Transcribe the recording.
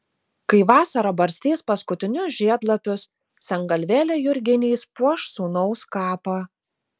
kai vasara barstys paskutinius žiedlapius sengalvėlė jurginais puoš sūnaus kapą